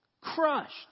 Crushed